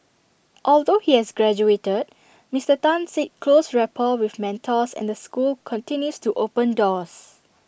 although he has graduated Mister Tan said close rapport with mentors and the school continues to open doors